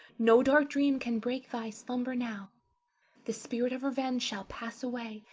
no dark dream can break thy slumber now the spirit of revenge shall pass away,